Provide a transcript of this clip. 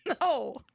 No